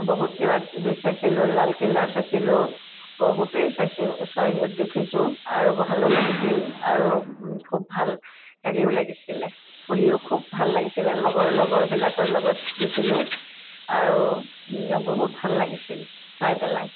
বহুত কিবা কিবি চাইছিলোঁ লালকিল্লা চাইছিলোঁ বহুতেই চাইছোঁ দেখিছোঁ আৰু ভালো লাগিছিল আৰু খুব ভাল হেৰিও লাগিছিলে ফুৰিও খুব ভাল লাগিছিলে লগৰ লগৰবিলাকৰ লগত গৈছিলোঁ আৰু বহুত ভাল লাগিছিল চাই পেলাই